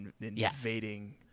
invading